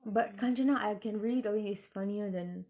but kanchana I can really tell you is funnier than